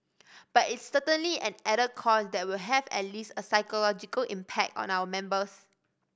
but it's certainly an added cost that will have at least a psychological impact on our members